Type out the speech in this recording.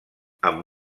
amb